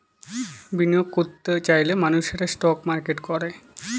বিনিয়োগ করত চাইলে মানুষ সেটা স্টক মার্কেটে করে